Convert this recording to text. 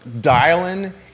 dialing